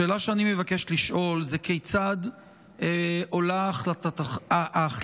השאלה שאני מבקש לשאול: כיצד עולה ההחלטה